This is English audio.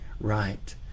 right